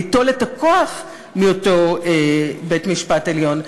ליטול את הכוח מאותו בית-משפט עליון.